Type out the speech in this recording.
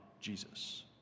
Jesus